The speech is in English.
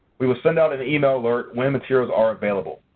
we will send out an email alert when materials are available.